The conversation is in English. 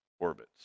orbits